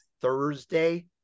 Thursday